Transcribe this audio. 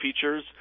features